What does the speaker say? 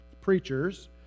preachers